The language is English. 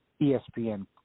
ESPN